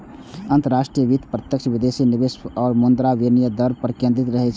अंतरराष्ट्रीय वित्त प्रत्यक्ष विदेशी निवेश आ मुद्रा विनिमय दर पर केंद्रित रहै छै